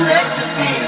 ecstasy